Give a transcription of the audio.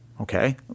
Okay